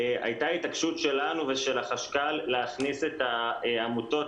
הייתה התעקשות שלנו ושל החשכ"ל להכניס את העמותות